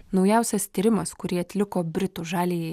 naujausias tyrimas kurį atliko britų žaliajai